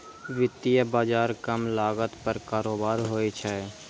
वित्तीय बाजार कम लागत पर कारोबार होइ छै